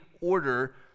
order